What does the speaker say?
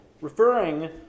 referring